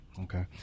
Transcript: Okay